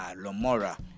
Lomora